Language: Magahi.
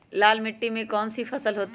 लाल मिट्टी में कौन सी फसल होती हैं?